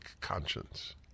conscience